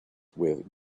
with